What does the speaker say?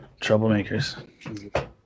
troublemakers